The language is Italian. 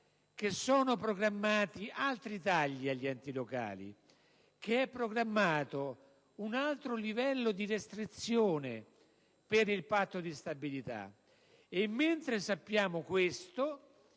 che sono programmati altri tagli agli enti locali, che è programmato un altro livello di restrizione per il Patto di stabilità, e mentre sappiamo questo,